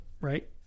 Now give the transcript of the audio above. right